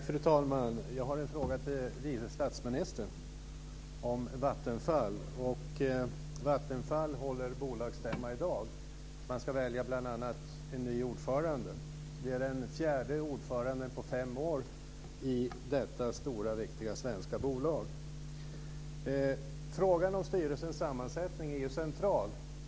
Fru talman! Jag har en fråga om Vattenfall till vice statsministern. Vattenfall håller bolagsstämma i dag. Man ska bl.a. välja ny ordförande. Det är den fjärde ordföranden på fem år i detta stora viktiga svenska bolag. Frågan om styrelsens sammansättning är ju central.